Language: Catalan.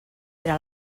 era